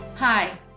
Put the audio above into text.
Hi